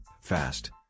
Fast